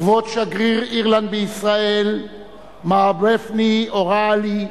כבוד שגריר אירלנד בישראל, מר ברפני או'ריילי.